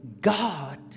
God